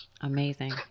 Amazing